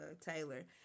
Taylor